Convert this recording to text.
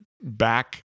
back